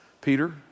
Peter